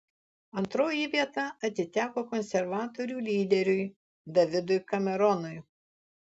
antroji vieta atiteko konservatorių lyderiui davidui cameronui